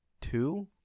Two